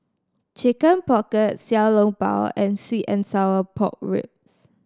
Chicken Pocket Xiao Long Bao and sweet and sour pork ribs